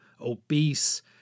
obese